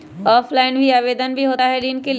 Offline भी आवेदन भी होता है ऋण के लिए?